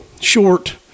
short